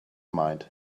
mind